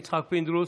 יצחק פינדרוס,